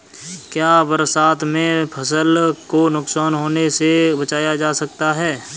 क्या बरसात में फसल को नुकसान होने से बचाया जा सकता है?